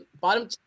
bottom